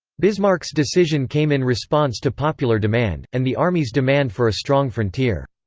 bismarck's decision came in response to popular demand, and the army's demand for a strong frontier.